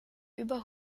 über